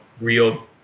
real